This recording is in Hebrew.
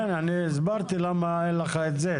כן, אני הסברתי למה אין לך את זה.